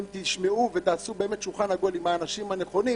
אם תשמעו ותעשו באמת שולחן עגול עם האנשים הנכונים,